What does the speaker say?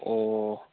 ꯑꯣ